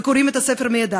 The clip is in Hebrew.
וקורעים את הספר מידיו,